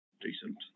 Decent